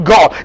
God